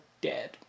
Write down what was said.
dead